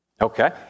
Okay